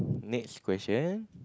next question